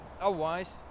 Otherwise